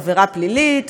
עבירה פלילית,